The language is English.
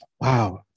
Wow